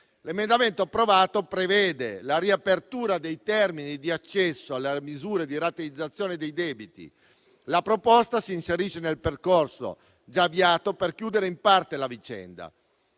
L’emendamento approvato prevede la riapertura dei termini di accesso alle misure di rateizzazione dei debiti. La proposta si inserisce nel percorso già avviato per chiudere in parte la vicenda.